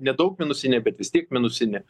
nedaug minusinė bet vis tiek minusinė